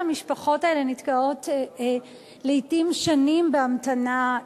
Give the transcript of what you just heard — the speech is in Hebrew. שהמשפחות האלה נתקעות לעתים שנים בהמתנה,